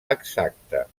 exacta